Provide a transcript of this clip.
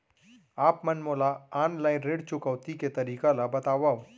आप मन मोला ऑनलाइन ऋण चुकौती के तरीका ल बतावव?